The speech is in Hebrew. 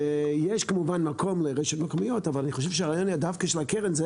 יש כמובן מקום לרשויות מקומיות אבל אני חושב שהרעיון של הקרן היה